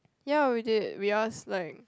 ya we did we ask like